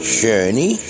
journey